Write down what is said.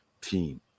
team